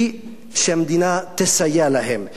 היא שהמדינה תסייע להם.